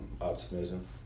optimism